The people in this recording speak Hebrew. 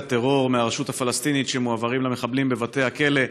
הטרור מהרשות הפלסטינית שמועברים למחבלים בבתי הכלא.